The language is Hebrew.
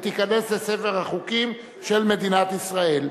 ותיכנס לספר החוקים של מדינת ישראל.